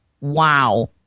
Wow